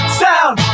sound